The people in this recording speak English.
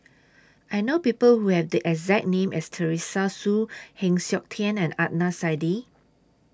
I know People Who Have The exact name as Teresa Hsu Heng Siok Tian and Adnan Saidi